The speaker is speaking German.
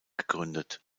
gegründet